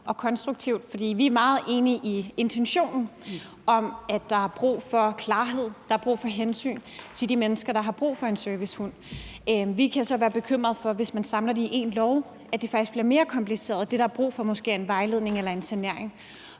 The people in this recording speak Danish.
og konstruktivt på det. For vi er meget enige i intentionen om, at der er brug for klarhed, og at der er brug for at tage hensyn til de mennesker, der har brug for en servicehund. Vi kan så være bekymrede for, at det, hvis man samler det i én lov, faktisk bliver mere kompliceret, hvor det, der måske er brug for, er en vejledning eller en sanering.